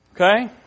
Okay